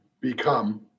become